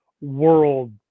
world